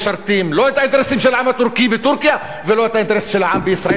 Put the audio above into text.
זה טוב לכותרות בעיתונים של טורקיה ולכותרות העיתונים בישראל,